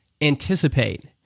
anticipate